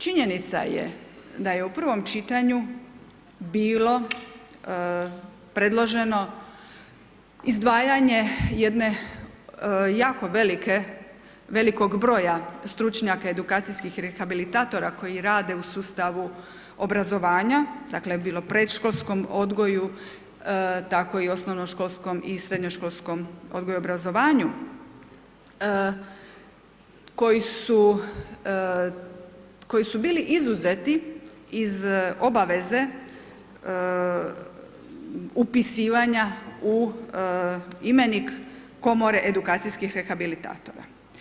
Činjenica je da je u prvom čitanju bilo predloženo izdvajanje jedne jako velike, velikog broja stručnjaka edukacijskih rehabilitatora koji rade u sustavu obrazovanja, dakle bilo predškolskom odgoju tako i osnovnoškolskom i srednjoškolskom odgoju, obrazovanju koji su, koji su bili izuzeti iz obaveze upisivanja u imenik Komore edukacijskih rebahilitatora.